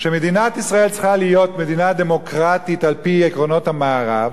שמדינת ישראל צריכה להיות מדינה דמוקרטית על-פי עקרונות המערב,